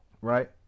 Right